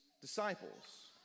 disciples